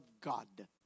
God